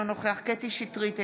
אינו נוכח קטי קטרין שטרית,